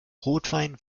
rotwein